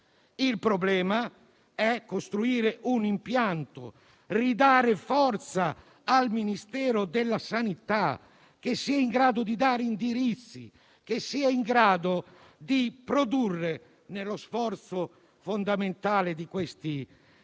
Il problema è costruire un impianto, ridare forza al Ministero della salute, che sia in grado di dare indirizzi, di produrre, nello sforzo fondamentale di questi mesi